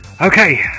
Okay